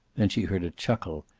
then she heard a chuckle,